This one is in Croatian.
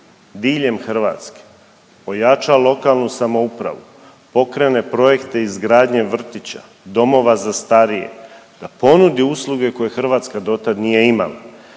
diljem Hrvatske, ojača lokalnu samoupravu, pokrene projekte izgradnje vrtića, domova za starije, da ponudi usluge koje Hrvatska do tad nije imala.